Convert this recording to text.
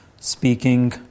speaking